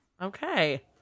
Okay